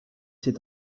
s’est